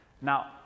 Now